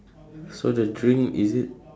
so the drink is it